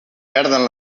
perden